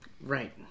Right